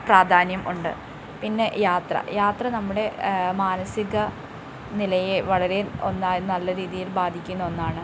പ്രാധാന്യം ഉണ്ട് പിന്നെ യാത്ര യാത്ര നമ്മുടെ മാനസികനിലയെ വളരെ ഒന്നായും നല്ലരീതിയിൽ ബാധിക്കുന്ന ഒന്നാണ്